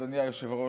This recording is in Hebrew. אדוני היושב-ראש,